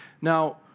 Now